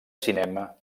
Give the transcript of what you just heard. cinema